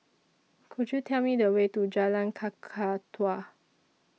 Could YOU Tell Me The Way to Jalan Kakatua